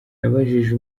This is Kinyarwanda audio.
nibajije